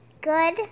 good